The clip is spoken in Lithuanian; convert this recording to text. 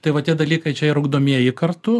tai va tie dalykai čia ir ugdomieji kartu